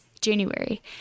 January